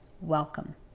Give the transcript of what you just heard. Welcome